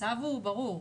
הצו הוא ברור.